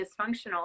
dysfunctional